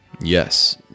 Yes